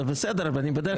זה בסדר, אני בדרך.